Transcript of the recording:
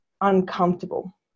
uncomfortable